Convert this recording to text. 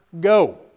go